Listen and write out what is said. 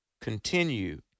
continue